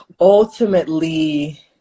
ultimately